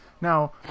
Now